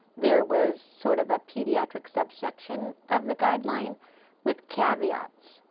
there was sort of a pediatric subsection of the guideline with caveats.